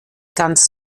ganz